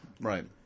Right